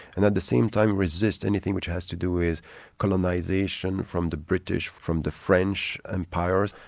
and at the same time resist anything which has to do with colonisation from the british, from the french empires,